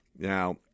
Now